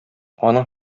аның